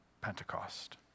Pentecost